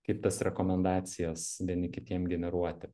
kaip tas rekomendacijas vieni kitiem generuoti